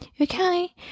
Okay